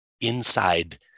inside